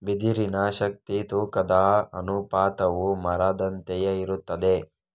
ಬಿದಿರಿನ ಶಕ್ತಿ ತೂಕದ ಅನುಪಾತವು ಮರದಂತೆಯೇ ಇರುತ್ತದೆ